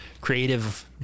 creative